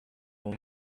mehr